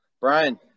Brian